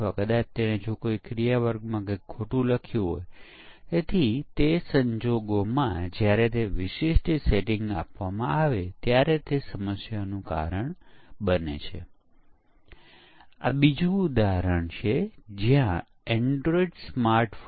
હવે તેના આધારે મને આ પ્રશ્ન પૂછવા દો કે આપણો દર્શાવેલો ડેટા સૂચવે છે કે સમીક્ષા કુલ ભૂલમાંથી 10 ટકા જેટલા શોધી શકે છે મારો મતલબ આ વાસ્તવિક પરિસ્થિતિ નથી પણ ફક્ત એક ઉદાહરણ જેમાં સમીક્ષાઓમાં 10 ટકા ભૂલો મળે છે